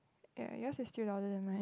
ya yours is still louder than mine